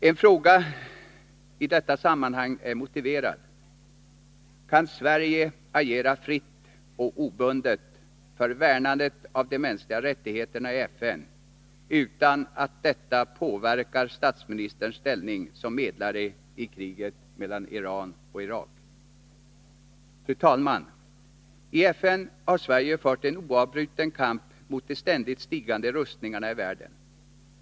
En fråga i detta sammanhang är motiverad: Kan Sverige agera fritt och obundet för värnandet av de mänskliga rättigheterna i FN utan att detta påverkar statsministerns ställning som medlare i kriget mellan Iran och Irak? Fru talman! I FN har Sverige fört en oavbruten kamp mot de ständigt stigande rustningarna i världen.